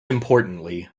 importantly